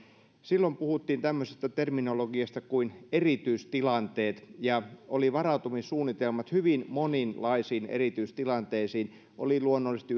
silloin puhuttiin tämmöisestä terminologiasta kuin erityistilanteet ja oli varautumissuunnitelmat hyvin monenlaisiin erityistilanteisiin oli luonnollisesti